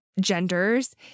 genders